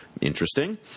Interesting